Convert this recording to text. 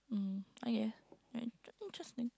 mm okay in~ interesting